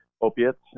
opiates